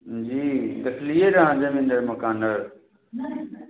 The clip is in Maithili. जी देखलियै रहए अहाँ जमीन आओर मकान आओर